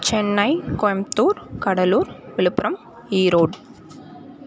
Chennai Coimbatore Cuddalore Villupuram Erode